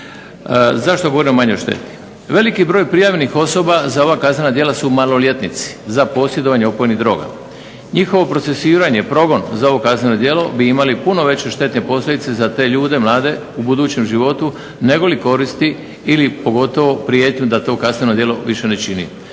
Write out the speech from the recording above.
Zašto govorimo o manjoj šteti? Veliki broj prijavljenih osoba za ova kaznena djela su maloljetnici, za posjedovanje opojnih droga, njihovo procesuiranje, progon za ovo kazneno djelo bi imalo puno veće štetne posljedice za te ljude mlade u budućem životu negoli koristi ili pogotovo prijetnju da to kazneno djelo više ne čini.